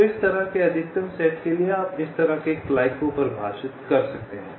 तो इस तरह के अधिकतम सेट के लिए आप इस तरह के क्लाइक को परिभाषित कर सकते हैं